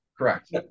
Correct